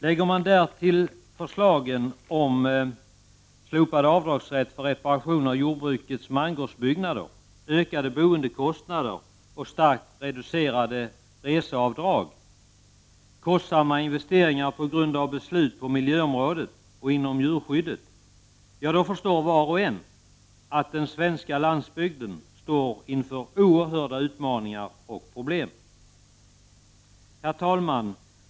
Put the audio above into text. Lägger man därtill förslaget om slopad avdragsrätt för reparation av mangårdsbyggnader, ökade boendekostnader, starkt reducerade reseavdrag, kostsamma investeringar på grund av beslut på miljöområdet och inom djurskyddet — ja, då förstår var och en att den svenska landsbygden står inför oerhörda utmaningar. Herr talman!